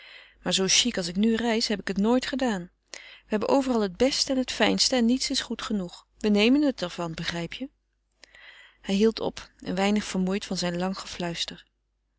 maar zoo chic als ik nu reis heb ik het nooit gedaan we hebben overal het beste en het fijnste en niets is goed genoeg we nemen het er van begrijp je hij hield op een weinig vermoeid van zijn lang gefluister